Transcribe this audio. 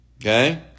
Okay